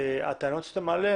הטענות שאתה מעלה,